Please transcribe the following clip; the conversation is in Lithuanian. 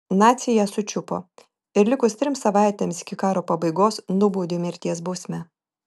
naciai ją sučiupo ir likus trims savaitėms iki karo pabaigos nubaudė mirties bausme